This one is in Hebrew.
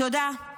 תודה.